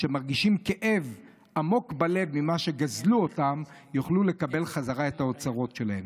שמרגישות כאב עמוק בלב ממה שגזלו מהן יוכלו לקבל בחזרה את האוצרות שלהן.